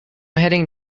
heading